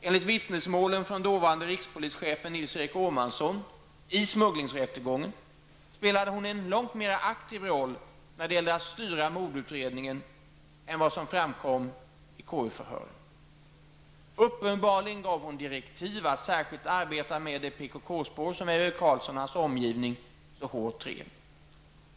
Enligt vittnesmålen från dåvarande rikspolischefen Nils-Erik Åhmansson i smugglingsrättegången spelade hon en långt mera aktiv roll när det gällde att styra mordutredningen än vad som framkom i KU förhören. Uppenbarligen gav hon direktiv att särskilt arbeta med det PKK-spår som Ebbe Carlsson och hans omgivning så hårt drev.